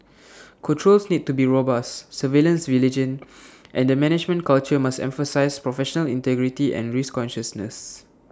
controls need to be robust surveillance vigilant and the management culture must emphasise professional integrity and risk consciousness